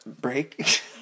break